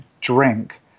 drink